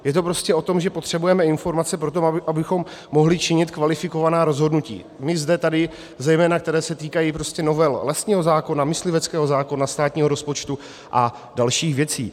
Je to prostě o tom, že potřebujeme informace pro to, abychom mohli činit kvalifikovaná rozhodnutí, my zde tady, zejména ta, které se týkají novel lesního zákona, mysliveckého zákona, státního rozpočtu a dalších věcí.